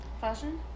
fashion